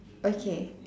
okay